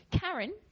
Karen